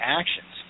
actions